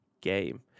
game